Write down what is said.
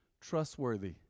trustworthy